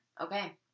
Okay